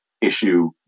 issue